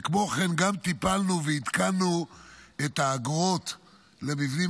וכמו כן טיפלנו ועדכנו את האגרות למבנים